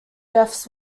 deaths